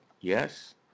Yes